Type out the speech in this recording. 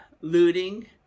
looting